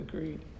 Agreed